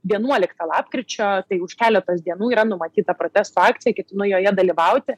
vienuoliktą lapkričio tai už keletos dienų yra numatyta protesto akcija ketinu joje dalyvauti